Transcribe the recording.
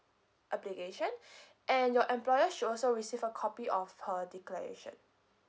application and your employer should also receive a copy of her declaration